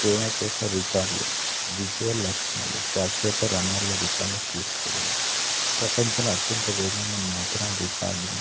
ప్రేరణకోసారి రికార్డులు విజ్యువల్ లక్షణాలు ప్రాఖ్యాత రన్నర్ల రికల్ని తీసుకోవడం ప్రపంచంలో అత్యంత వేగంగా మ్యాతరాన్ రికార్డును